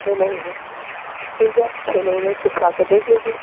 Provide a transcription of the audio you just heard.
छः महीने ठीक है छः महीने सिखा कर देख लीजिए